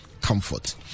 comfort